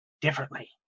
differently